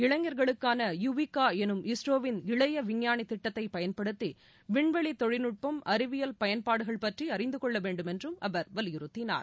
இளைஞர்களுக்கான யுவிகா எனும் இஸ்ரோவின் இளைய விஞ்ஞானி திட்டத்தை பயன்படுத்தி விண்வெளி தொழில்நுட்பம் அறிவியல் பயன்பாடுகள் பற்றி அறிந்து கொள்ள வேண்டும் என்றும் அவர் வலியுறுத்தினார்